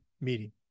meeting